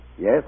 yes